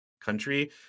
country